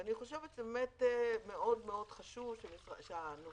אני חושבת שבאמת מאוד מאוד חשוב שהטיפול